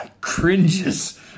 cringes